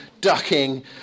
ducking